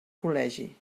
col·legi